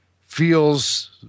feels